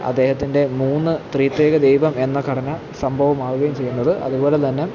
അദ്ദേഹത്തിന്റെ മൂന്നു ത്രിത്വൈക ദൈവം എന്ന ഘടന സംഭവമാകുകയും ചെയ്യുന്നത് അതുപോലെതന്നെ